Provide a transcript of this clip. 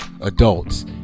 adults